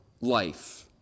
life